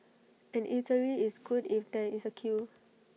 an eatery is good if there is A queue